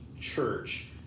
church